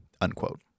unquote